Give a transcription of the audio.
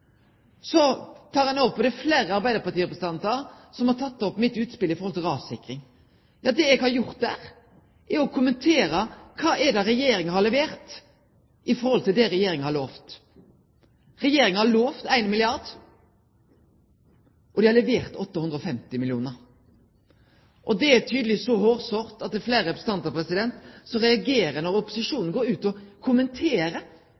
Så tek han òg opp, og det er det fleire arbeidarpartirepresentantar som har teke opp, mitt utspel om rassikring. Det eg har gjort der, er å kommentere kva det er Regjeringa har levert i forhold til det Regjeringa har lovt. Regjeringa har lovt 1 milliard kr, og dei har levert 850 mill. kr. Og det er tydelegvis så hårsårt at det er fleire representantar som reagerer når